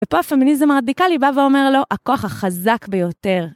ופה הפמיניזם הרדיקלי בא ואומר לו, הכוח החזק ביותר